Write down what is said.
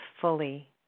fully